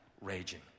raging